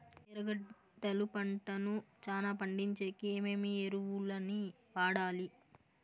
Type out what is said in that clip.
ఎర్రగడ్డలు పంటను చానా పండించేకి ఏమేమి ఎరువులని వాడాలి?